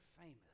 famous